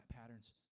patterns